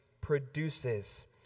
produces